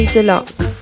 Deluxe